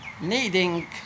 needing